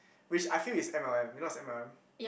which I feel is m_l_m you know what is m_l_m